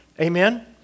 Amen